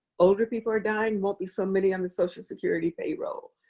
older people are dying, won't be so many on the social security payroll,